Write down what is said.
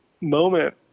moment